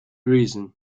reason